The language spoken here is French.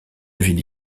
ville